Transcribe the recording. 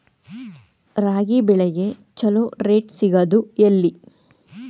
ರಾಗಿ ಬೆಳೆಗೆ ಛಲೋ ರೇಟ್ ಸಿಗುದ ಎಲ್ಲಿ?